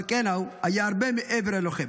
אבל קנאו היה הרבה מעבר ללוחם,